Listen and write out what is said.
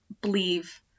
Believe